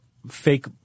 fake